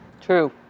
True